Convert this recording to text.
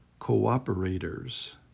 cooperators